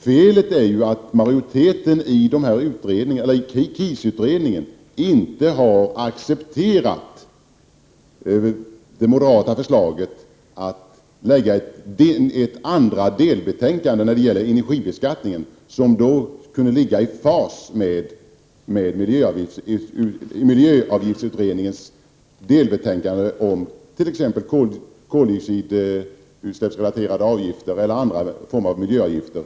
Felet är att majoriteten i KIS-utredningen inte har accepterat det moderata förslaget att lägga fram ett andra delbetänkande om energibeskattningen, vilket kunde ligga i fas med miljöavgiftsutredningens delbetänkande om t.ex. avgifter relaterade till utsläpp av koldioxid eller någon annan form av miljöavgifter.